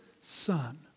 Son